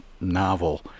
novel